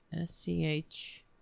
S-C-H